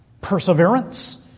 perseverance